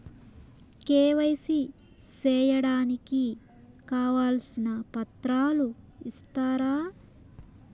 KYC సేయడానికి కావాల్సిన పత్రాలు ఇస్తారా?